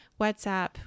WhatsApp